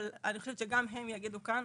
אבל אני חושבת שגם הם יגידו כאן,